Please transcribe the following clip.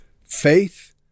faith